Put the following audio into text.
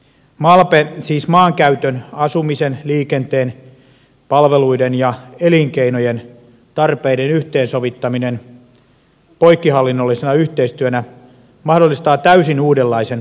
malpe siis maankäytön asumisen liikenteen palveluiden ja elinkeinojen tarpeiden yhteensovittaminen poikkihallinnollisena yhteistyönä mahdollistaa täysin uudenlaisen aluesuunnitteluajattelun